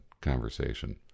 conversation